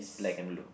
black and blue